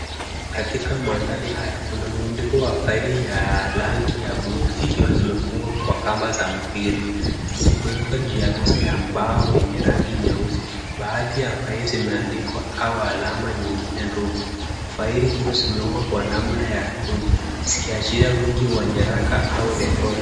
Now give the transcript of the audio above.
Katika mandhari haya kuna mrundiko wa faili ya rangi ya bluu, zikiwazi zimefungwa kwa kamba za mpira. Zikiwekwa juu ya meza ya mbao yenye rangi nyeusi. Baadhi ya faili zimeandikwa au alama nyingine ndogo. Faili hizo zimeungwa kwa namna ya tundu, zikiachilia wingi wa nyaraka au rekodi.